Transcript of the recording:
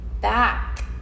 back